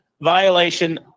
violation